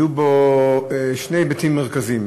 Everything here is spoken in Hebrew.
היו בו שני היבטים מרכזיים.